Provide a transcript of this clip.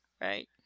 right